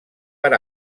per